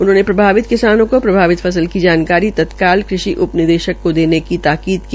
उन्होंने प्रभावित किसानों को प्रभावित फस्ल की जानकारी तत्काल कृषि उप निदेशक को देने की ताकीद भी की